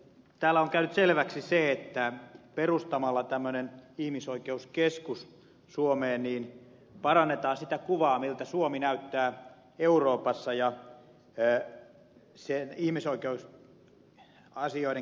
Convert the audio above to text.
täällä on käynyt selväksi se että perustamalla tämmöinen ihmisoikeuskeskus suomeen parannetaan sitä kuvaa miltä suomi ja sen ihmisoikeusasioiden käsittely näyttää euroopassa